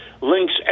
links